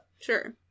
Sure